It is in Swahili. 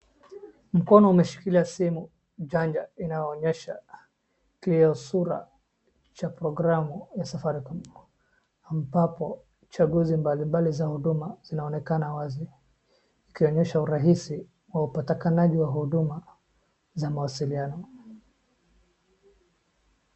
Mkono umeshikilia simu janja inaonyesha kiusura cha program ya Safaricom ambapo chaguzi mablimbali za huduma zinaonekana wazi ikionyesha urahisi wa utakikanaji wa huduma za mawasiliano.